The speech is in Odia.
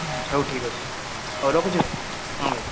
ଆଚ୍ଛା ହଉ ଠିକ୍ ଅଛି ହଉ ରଖୁଛି ଭାଇ ହଁ ଭାଇ